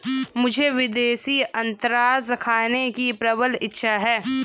मुझे विदेशी अनन्नास खाने की प्रबल इच्छा है